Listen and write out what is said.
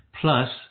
plus